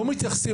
לא מתייחסים.